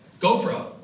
GoPro